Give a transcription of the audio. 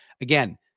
again